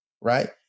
Right